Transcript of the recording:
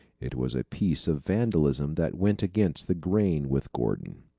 it was a piece of vandalism that went against the grain with gordon.